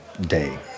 day